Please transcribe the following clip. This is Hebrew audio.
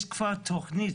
יש כבר תכנית